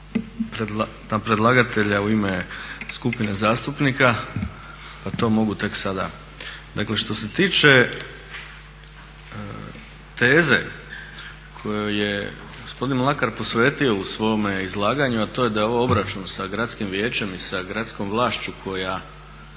na predlagatelja u ime skupine zastupnika, pa to mogu tek sada. Dakle što se tiče teze kojoj je gospodin Mlakar posvetio u svome izlaganju a to je da je ovo obračun sa gradskim vijećem i sa gradskom vlašću koja